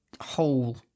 whole